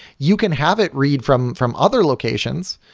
you can have it read from from other locations.